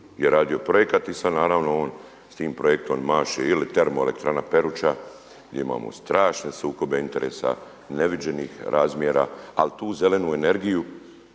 je radio projekat i sada naravno on s tim projektom maše ili Termoelektrana Peruča gdje imamo strašne sukobe interesa neviđenih razmjera ali tu zelenu energiju